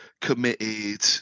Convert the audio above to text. committed